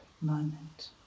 moment